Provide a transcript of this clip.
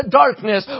darkness